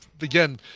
again